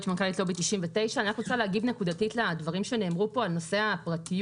אני מנכ"לית לובי 99. אני רוצה להגיב לדברים שנאמרו פה בנושא הפרטיות.